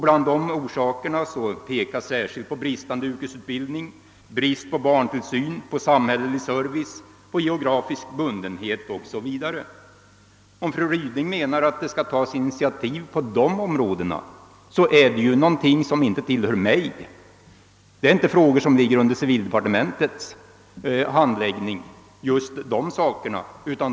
Bland dessa orsaker nämns särskilt bristande yrkesutbildning, brist på barntillsyn och samhällelig service, geografisk bundenhet o. s. v. Om fru Ryding menar att det skall tas initiativ på dessa områden, så får hon vara vänlig att rikta sina frågor till något annat håll; dessa frågor handläggs inte i civildepartementet.